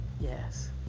Yes